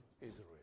Israel